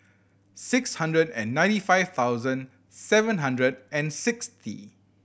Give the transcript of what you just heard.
six hundred and ninety five thousand seven hundred and sixty